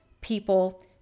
people